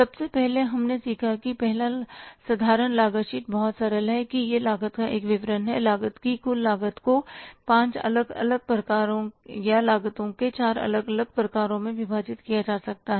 सबसे पहले हमने सीखा कि पहला साधारण लागत शीट बहुत सरल है कि यह लागत का एक विवरण है उत्पाद की कुल लागत को पांच अलग अलग प्रकारों या लागत के चार अलग अलग प्रकारों में विभाजित किया जा सकता है